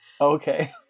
Okay